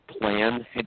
plan